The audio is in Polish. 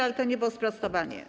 Ale to nie było sprostowanie.